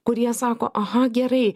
kurie sako aha gerai